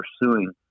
pursuing